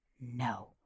no